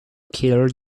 killer